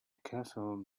castle